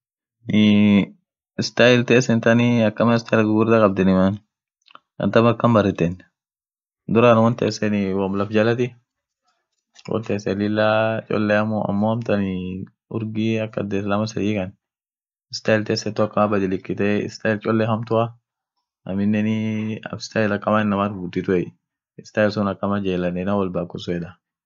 Island ada ishia kabd ada ishia toko afaa ishin dubetu Irish yeden dum dini ishianeni gudioneni kristoa amine dumi roman catholic nen kanisa kabd.sagale ishin nnyatu biria shrink salmoni vegetables aminen sodabread yeden sunen hinyatie dum aminen ada ishia tokit jira ta moogu purp culture yeden dekeeni mamboo muzikiatif iyo hisirbeni amine guya woni sherekeanit jira sent Patrick's day yeden sun guya sun sherekeet